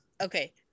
Okay